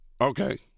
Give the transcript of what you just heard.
Okay